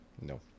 No